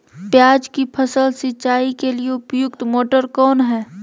प्याज की फसल सिंचाई के लिए उपयुक्त मोटर कौन है?